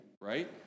right